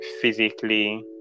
physically